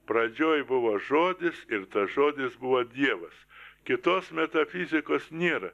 pradžioj buvo žodis ir tas žodis buvo dievas kitos metafizikos nėra